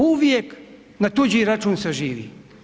Uvijek na tuđi račun se živi.